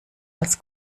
als